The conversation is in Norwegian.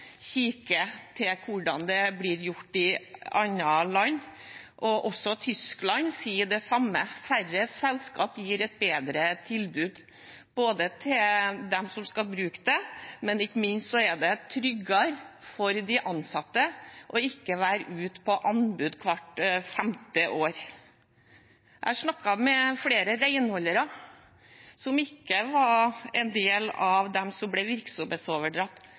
hvordan det blir gjort i andre land. Og også Tyskland sier det samme: Færre selskaper gir et bedre tilbud til dem som skal bruke det. Ikke minst er det tryggere for de ansatte ikke å være ute på anbud hvert femte år. Jeg har snakket med flere renholdere som ikke var en del av dem som ble virksomhetsoverdratt.